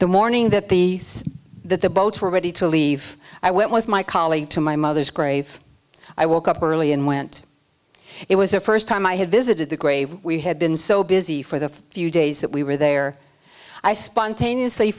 the morning that the that the boats were ready to leave i went with my colleague to my mother's grave i woke up early and went it was the first time i had visited the grave we had been so busy for the few days that we were there i spontaneously